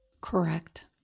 Correct